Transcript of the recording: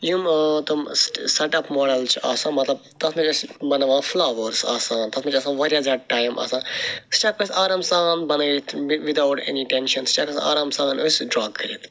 یِم تِم ٲں سیٚٹ اَپ ماڈلٕز چھِ آسان مطلب تتھ مَنٛز چھِ أسۍ بَناوان فٕلَوٲرٕس آسان تتھ مَنٛز چھُ آسان واریاہ زیادٕ ٹایم آسان سُہ چھِ ہیٚکان أسۍ آرام سان بَنٲیِتھ وِد اَوُٹ أنی ٹیٚنشَن سُہ چھِ ہیٚکان أسۍ آرام سان أسۍ ڈرٛا کٔرِتھ